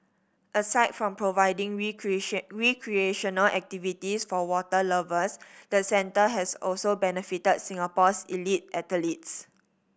aside from providing recreational activities for water lovers the centre has also benefited Singapore's elite athletes